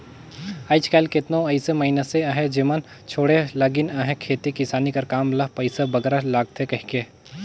आएज काएल केतनो अइसे मइनसे अहें जेमन छोंड़े लगिन अहें खेती किसानी कर काम ल पइसा बगरा लागथे कहिके